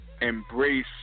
Embrace